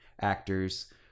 actors